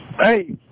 Hey